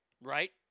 Right